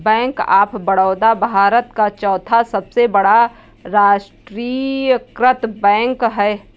bank of Baroda Bharat का चौथा सबसे बड़ा राष्ट्रीयकृत बैंक है